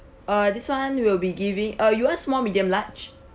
uh this [one] we will be giving uh you want small medium large